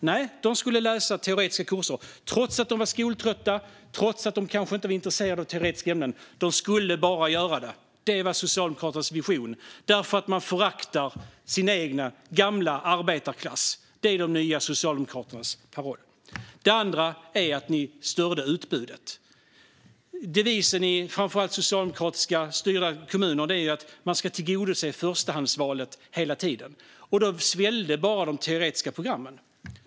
Nej, de skulle läsa teoretiska kurser, trots att de var skoltrötta och trots att de kanske inte var intresserade av teoretiska ämnen. Men de skulle bara göra det. Det var Socialdemokraternas vision. Man föraktar sin egen gamla arbetarklass. Det är de nya Socialdemokraternas paroll. För det andra styrde de utbudet. Devisen i framför allt socialdemokratiskt styrda kommuner var att man hela tiden skulle tillgodose förstahandsvalet. Då svällde de teoretiska programmen.